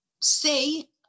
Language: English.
say